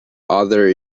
other